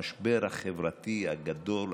המשבר החברתי הגדול.